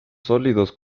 sólidos